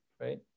right